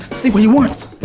see what he wants!